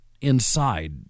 inside